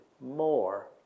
more